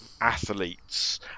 athletes